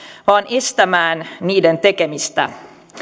vaan estämään niiden tekemistä